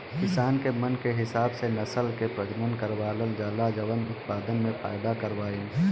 किसान के मन के हिसाब से नसल के प्रजनन करवावल जाला जवन उत्पदान में फायदा करवाए